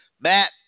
Matt